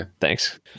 Thanks